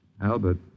Albert